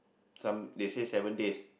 some they say seven days